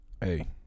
hey